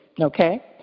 okay